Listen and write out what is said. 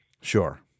Sure